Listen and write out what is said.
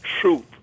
truth